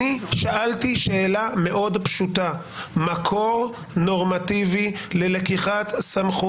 אני שאלתי שאלה מאוד פשוטה: מקור נורמטיבי ללקיחת סמכות